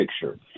picture